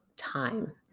Time